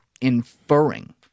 inferring